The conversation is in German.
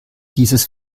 dieses